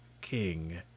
king